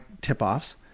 tip-offs